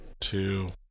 two